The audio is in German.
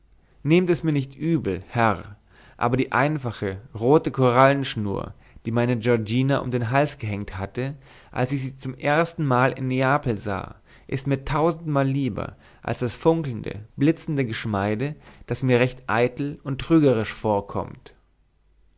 nehmt mir es nicht übel herr aber die einfache rote korallenschnur die meine giorgina um den hals gehängt hatte als ich sie zum erstenmal in neapel sah ist mir tausendmal lieber als das funkelnde blitzende geschmeide das mir recht eitel und trügerisch vorkommt